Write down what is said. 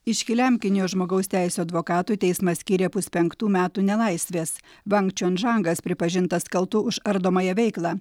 iškiliam kinijos žmogaus teisių advokatui teismas skyrė puspenktų metų nelaisvės bank čion žangas pripažintas kaltu už ardomąją veiklą